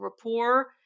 rapport